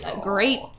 great